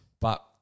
But-